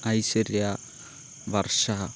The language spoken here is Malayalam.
ഐശ്വര്യ വർഷ